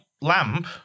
lamp